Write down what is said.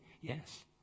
Yes